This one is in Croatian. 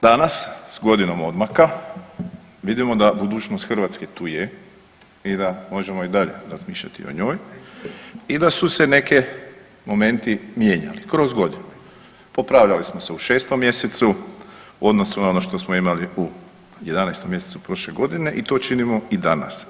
Danas s godinom odmaka vidimo da budućnost Hrvatske tu je i da možemo i dalje razmišljati o njoj i da su se neki momenti mijenjali kroz godinu, popravljali smo se u 6 mjesecu u odnosu na ono što smo imali u 11. mjesecu prošle godine i to činimo i danas.